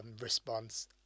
response